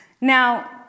Now